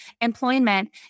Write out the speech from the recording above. employment